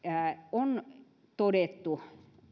on todettu